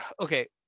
okay